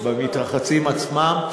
במתרחצים עצמם.